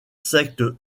secte